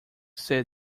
said